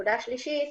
נקודה שלישית,